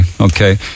okay